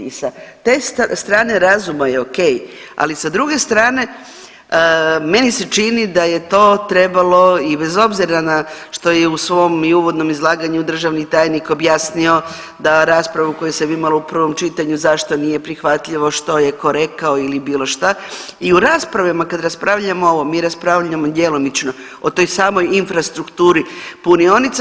I sa te strane razuma je ok, ali sa druge strane meni se čini da je to trebalo i bez obzira na što je i u svom i uvodnom izlaganju državni tajnik objasnio da raspravu koju sam imala u prvom čitanju zašto nije prihvatljivo, što je tko rekao ili bilo šta i u raspravama kad raspravljamo o ovom mi raspravljamo djelomično o toj samoj infrastrukturi punionica.